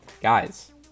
Guys